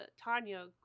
Tanya